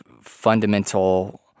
fundamental